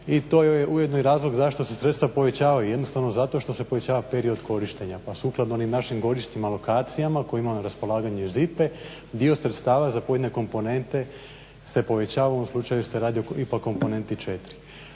i to je ujedno i razlog zašto se sredstva povećavaju. Jednostavno zato što se povećava period korištenja pa sukladno onim našim godišnjim alokacijama koje imamo na raspolaganju iz IPA-e dio sredstava za pojedine komponente se povećava u slučaju jer se radi o IPA komponenti 4.